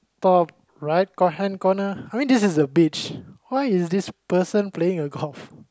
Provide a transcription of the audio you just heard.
top right cor hand corner I mean this is a beach why is this person playing a golf